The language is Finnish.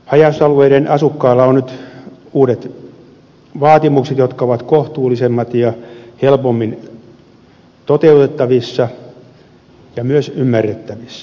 haja asutusalueiden asukkailla on nyt uudet vaatimukset jotka ovat kohtuullisemmat ja helpommin toteutettavissa ja myös ymmärrettävissä